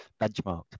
benchmarked